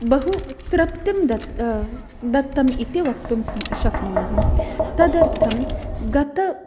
बहु तृप्तिं दत् दत्तम् इति वक्तुं शक्नुमः तदर्थं गत